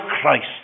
Christ